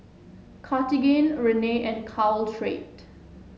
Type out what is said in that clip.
Cartigain Rene and Caltrate